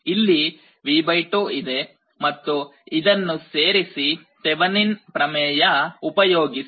ಇಲ್ಲಿ V 2 ಇದೆ ಮತ್ತು ಇದನ್ನು ಸೇರಿಸಿ ತೆವೆನಿನ್ ಪ್ರಮೇಯ ಉಪಯೋಗಿಸಿ